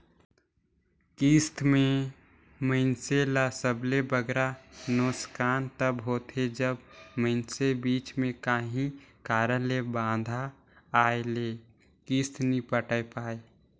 किस्त में मइनसे ल सबले बगरा नोसकान तब होथे जब मइनसे बीच में काहीं कारन ले बांधा आए ले किस्त नी पटाए पाए